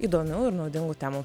įdomių ir naudingų temų